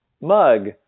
Mug